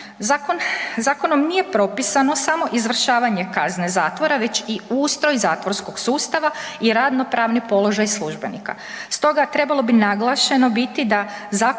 zakonom nije propisano samo izvršavanje kazne zatvora već i ustroj zatvorskog sustava i radno pravni položaj službenika.